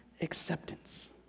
acceptance